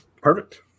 Perfect